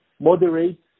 moderate